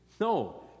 No